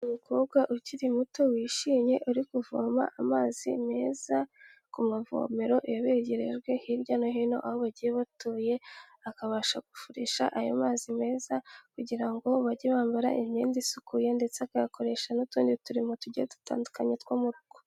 Umukobwa ukiri muto, wishimye, uri kuvoma amazi meza ku mavomero yabegerejwe hirya no hino aho bagiye batuye, akabasha gufurisha ayo mazi meza kugira ngo bajye bambara imyenda isukuye ndetse akayakoresha n'utundi turimo tugiye dutandukanye two mu rugo.